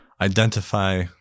identify